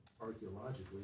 archaeologically